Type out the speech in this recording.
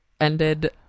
ended